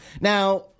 Now